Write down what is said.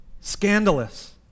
scandalous